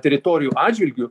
teritorijų atžvilgiu